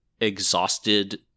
exhausted